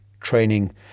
training